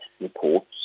reports